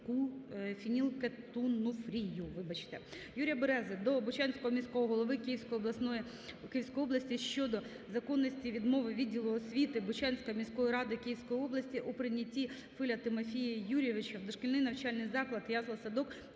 Юрія Берези до Бучанського міського голови Київської області щодо законності відмови відділу освіти Бучанської міської ради Київської області у прийнятті Филя Тимофія Юрійовича в дошкільний навчальний заклад (ясла-садок)